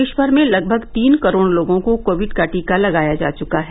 देशभर में लगभग तीन करोड लोगों को कोविड का टीका लगाया जा चुका है